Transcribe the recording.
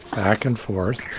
back and forth,